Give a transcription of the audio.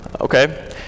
okay